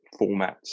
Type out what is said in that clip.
formats